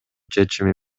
чечими